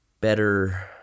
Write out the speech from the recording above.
better